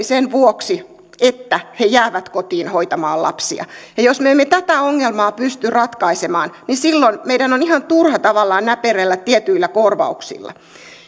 sen vuoksi että he jäävät kotiin hoitamaan lapsia ja jos me emme tätä ongelmaa pysty ratkaisemaan silloin meidän on ihan turha tavallaan näperrellä tietyillä korvauksilla